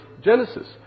Genesis